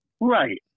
Right